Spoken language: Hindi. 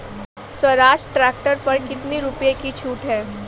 स्वराज ट्रैक्टर पर कितनी रुपये की छूट है?